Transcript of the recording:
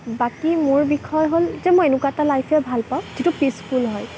বাকী মোৰ বিষয়ে হ'ল যে মই এনেকুৱা এটা লাইফেই ভাল পাওঁ যিটো পিচফুল হয়